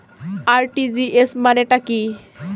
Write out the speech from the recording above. RTGS মানে টা কি?